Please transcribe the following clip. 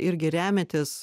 irgi remiatės